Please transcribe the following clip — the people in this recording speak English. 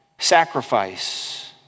Sacrifice